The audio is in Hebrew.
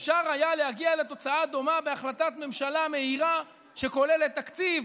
אפשר היה להגיע לתוצאה דומה בהחלטת ממשלה מהירה שכוללת תקציב,